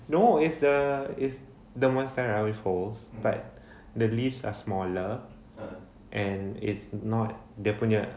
no it's the it's the monstera with holes but the leaves are smaller and it's not dia punya